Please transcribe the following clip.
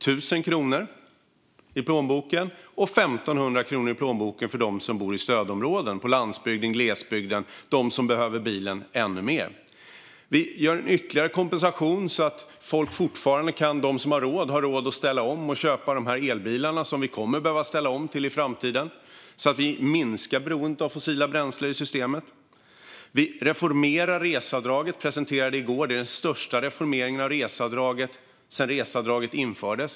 Det blir 1 000 kronor i plånboken. För dem som bor i stödområden på landsbygden och i glesbygden - de behöver bilen ännu mer - blir det 1 500 kronor i plånboken. Vi ger en ytterligare kompensation för folk som har råd att ställa om och köpa elbilar. I framtiden kommer vi att behöva ställa om till elbilar, så att vi minskar beroendet av fossila bränslen i systemet. I går presenterade vi dessutom en reformering av reseavdraget, den största sedan reseavdraget infördes.